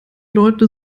leute